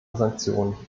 sanktionen